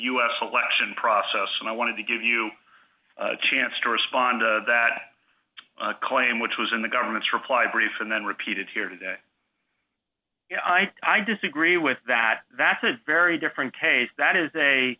s selection process and i wanted to give you a chance to respond to that claim which was in the government's reply brief and then repeated here today i disagree with that that's a very different case that is a